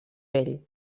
ell